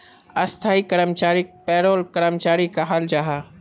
स्थाई कर्मचारीक पेरोल कर्मचारी कहाल जाहा